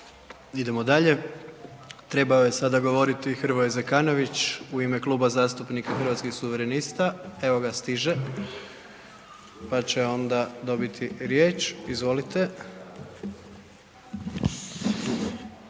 Idemo dalje. Trebao je sada govoriti Hrvoje Zekanović u ime Kluba zastupnika Hrvatskih suverenista, evo ga stiže, pa će onda dobiti riječ. Izvolite.